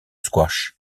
squash